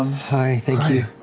um hi, thank you.